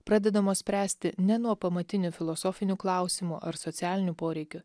pradedamos spręsti ne nuo pamatinių filosofinių klausimų ar socialinių poreikių